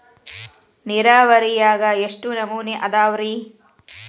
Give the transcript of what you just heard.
ನೇರಾವರಿಯಾಗ ಎಷ್ಟ ನಮೂನಿ ಅದಾವ್ರೇ?